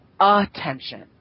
attention